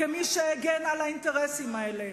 כמי שהגנה על האינטרסים האלה,